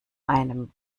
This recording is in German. einem